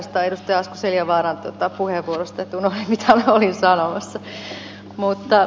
asko seljavaaran puheenvuorosta että unohdin mitä olin sanomassa